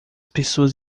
pessoas